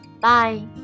Bye